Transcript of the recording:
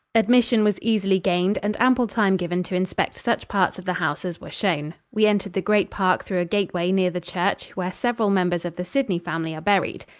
admission was easily gained and ample time given to inspect such parts of the house as were shown. we entered the great park through a gateway near the church where several members of the sidney family are buried.